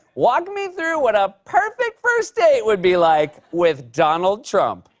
walk me through what a perfect first date would be like with donald trump.